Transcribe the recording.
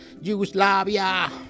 Yugoslavia